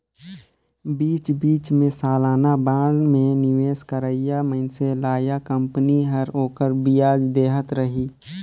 बीच बीच मे सलाना बांड मे निवेस करोइया मइनसे ल या कंपनी हर ओखर बियाज देहत रही